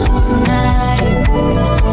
tonight